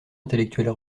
intellectuelle